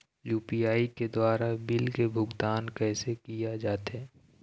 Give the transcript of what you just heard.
UPI के द्वारा bill के भुगतान कैसे किया जाथे?